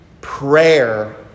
prayer